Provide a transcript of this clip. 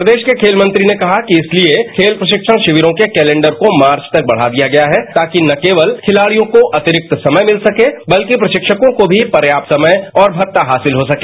प्रदेश के खेल मंत्री ने कहा कि इसलिए खेल प्रशिक्षण शिविरों के कैलेंडर को मार्च तक बढ़ा दिया गया है ताकि न केवल खिलाड़ियों को अतिरिक्त समय मिल सके बल्कि प्रशिक्षकों को भी पर्यात समय और भता हासिल हो सके